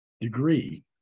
degree